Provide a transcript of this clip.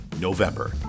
November